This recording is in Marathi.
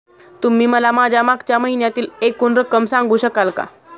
तुम्ही मला माझ्या मागच्या महिन्यातील एकूण रक्कम सांगू शकाल का?